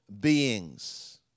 beings